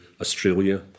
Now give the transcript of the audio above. Australia